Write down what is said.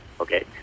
Okay